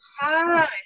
Hi